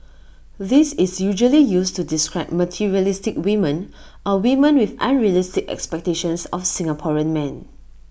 this is usually used to describe materialistic women or women with unrealistic expectations of Singaporean men